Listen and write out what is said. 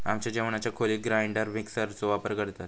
आमच्या जेवणाच्या खोलीत ग्राइंडर मिक्सर चो वापर करतत